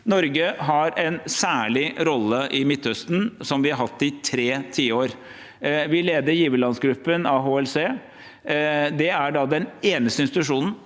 Norge har en særlig rolle i Midtøsten, som vi har hatt i tre tiår. Vi leder giverlandsgruppen, AHLC. Det er den eneste institusjonen